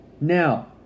Now